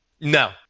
No